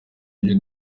ibyo